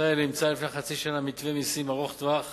ישראל אימצה לפני חצי שנה מתווה מסים ארוך-טווח